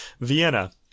Vienna